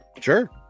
Sure